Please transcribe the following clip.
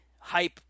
hype